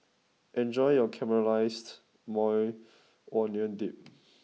enjoy your Caramelized Maui Onion Dip